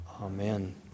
Amen